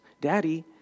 daddy